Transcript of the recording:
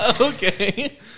Okay